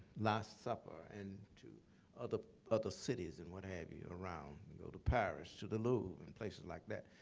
last supper, and to the other cities and what have you, around, and go to paris, to the louvre, and places like that.